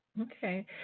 Okay